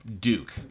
Duke